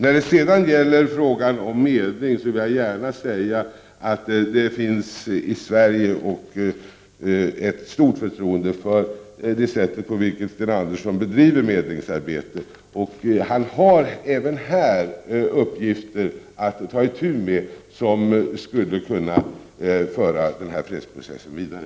När det sedan gäller frågan om medling vill jag gärna säga att det i Sverige finns ett stort förtroende för det sätt på vilket Sten Andersson bedriver medlingsarbetet. Han har även här uppgifter att ta itu med för att föra denna fredsprocess vidare.